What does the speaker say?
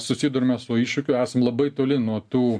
susiduriame su iššūkiu esam labai toli nuo tų